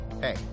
Hey